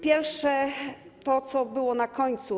Pierwsze to, co było na końcu.